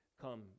come